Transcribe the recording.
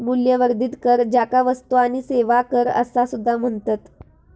मूल्यवर्धित कर, ज्याका वस्तू आणि सेवा कर असा सुद्धा म्हणतत